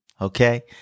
Okay